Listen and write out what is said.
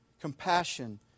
compassion